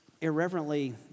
irreverently